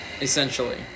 Essentially